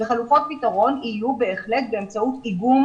חלופות פתרון יהיו בהחלט באמצעות איגום